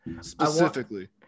specifically